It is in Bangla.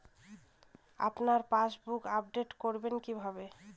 আপনার পাসবুক আপডেট করবেন কিভাবে?